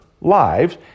lives